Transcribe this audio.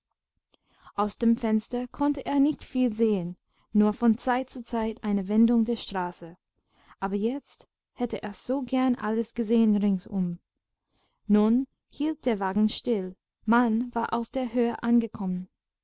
aus dem fenster konnte er nicht viel sehen nur von zeit zu zeit eine wendung der straße aber jetzt hätte er so gern alles gesehen ringsum nun hielt der wagen still man war auf der höhe angekommen